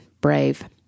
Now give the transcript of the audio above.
Brave